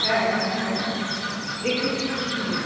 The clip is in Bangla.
হ্যাঁ হ্যাঁ হ্যাঁ দেকতেসি হুম